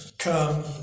Come